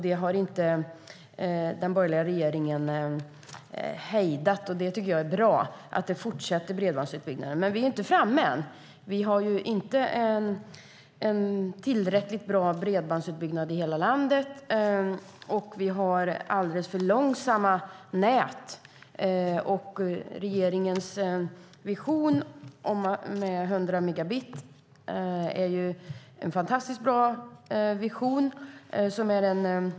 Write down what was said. Det har inte den borgerliga regeringen hejdat, och jag tycker att det är bra att bredbandsutbyggnaden fortsätter. Men vi är inte framme än. Vi har inte en tillräckligt bra bredbandsutbyggnad i hela landet, och vi har alldeles för långsamma nät. Regeringens vision om 100 megabit är en fantastiskt bra vision.